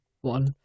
One